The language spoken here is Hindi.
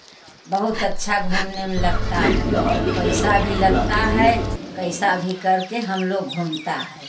बहुत अच्छा घूमने में लगता है पैसा भी लगता है कैसा भी करके हम लोग घूमता है